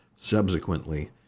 subsequently